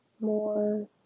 more